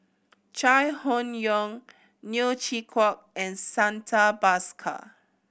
Chai Hon Yoong Neo Chwee Kok and Santha Bhaskar